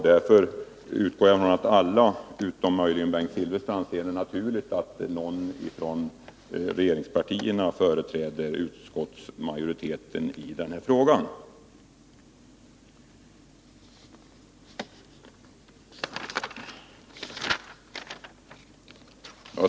Därför utgår jag från att alla, utom möjligen Bengt Silfverstrand, ser det som naturligt att någon från regeringspartierna företräder utskottsmajoriteten i denna fråga.